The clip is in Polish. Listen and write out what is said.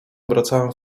obracałem